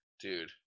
dude